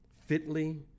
fitly